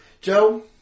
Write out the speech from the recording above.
Joe